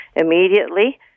immediately